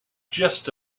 just